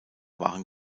waren